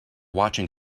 watching